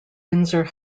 windsor